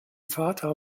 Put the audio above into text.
vater